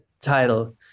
title